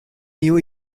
new